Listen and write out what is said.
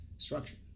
Structure